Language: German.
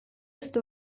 ist